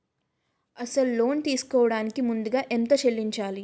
అసలు లోన్ తీసుకోడానికి ముందుగా ఎంత చెల్లించాలి?